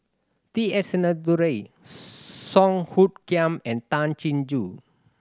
T S Sinnathuray Song Hoot Kiam and Tay Chin Joo